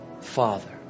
Father